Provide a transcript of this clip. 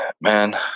man